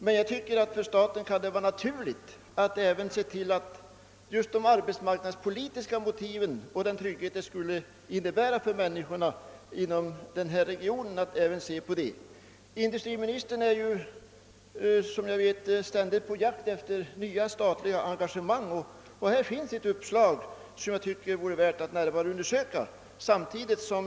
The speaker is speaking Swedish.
Men för staten kan det, tycker jag, vara naturligt att även ta hänsyn till de arbetsmarknadspolitiska motiven med den trygghet det skulle innebära för människorna inom denna region. Industriministern är ju, vet jag, ständigt på jakt efter nya statliga engagemang i näringslivet och detta är ett uppslag som jag tycker vore värt att närmare undersöka.